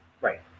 Right